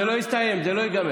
זה לא יסתיים, זה לא ייגמר.